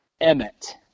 emmet